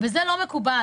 וזה לא מקובל.